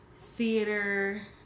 theater